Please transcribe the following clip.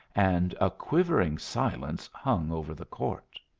and a quivering silence hung over the court.